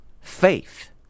faith